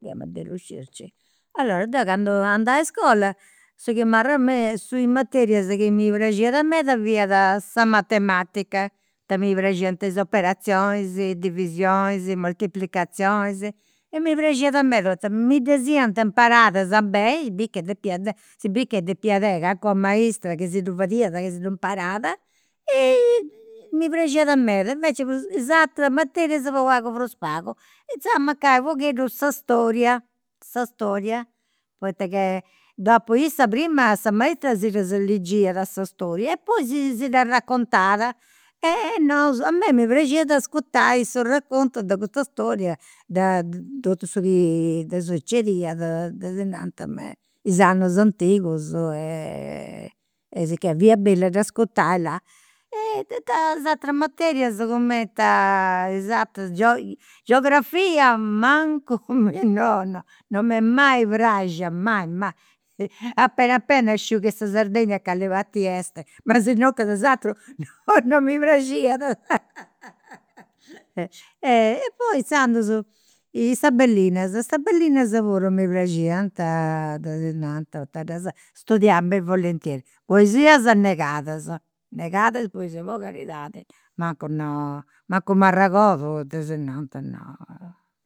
Riuscirci. Allora deu candu andà a iscola su chi m'arregordu su i materias chi mi praxiat meda fiat sa matematica, poita mi praxiant is operazionis, divisionis, moltiplicazionis, e mi praxiat meda poita mi ddas imparadas beni si biri ca depia, si biri ca depia tenni calincuna maistra chi si ddu fadiat chi si ddu imparat e mi praxiat meda. Invecias prus is ateras materias pagu pagu prus pagu. Inzandus mancai u' pogheddu sa storia, sa storia poita ca prima sa maistra si ddas ligiat sa storia e poi si si dda raccontat. E nosu a mei mi praxiat ascurtai su raccontu de custa storia de totu su chi sucediat, tesinanta me is annus antigus e sicchè fiat bellu a dd' ascurtai, là. Is ateras materias cumenti is ateras, geo geografia mancu, no no non m'est mai praxia, mai mai, apena apena sciu ca sa Sardegna a cali parti est, ma is aterus non mi praxiat. E poi inzandus is tabellinas, is tabellinas puru mi praxiant tesinanta, poita ddas studià ben volentieri. Poesias negadas, negadas poesias, po caridadi, mancu, no, mancu m'arregodu tesinanta, no